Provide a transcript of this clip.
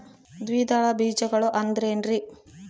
ದ್ವಿದಳ ಬೇಜಗಳು ಅಂದರೇನ್ರಿ?